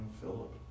Philip